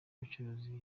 gucuruza